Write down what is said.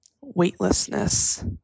weightlessness